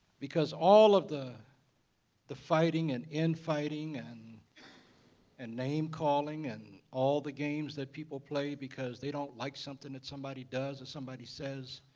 because all of the the fighting and infighting and and name calling and all the games that people play because they don't like something that somebody does or somebody says,